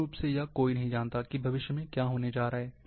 मूल रूप से यह कोई नहीं जानता है कि भविष्य में क्या होने जा रहा है